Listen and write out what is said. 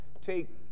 take